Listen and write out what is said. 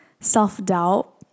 self-doubt